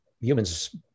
humans